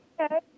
Okay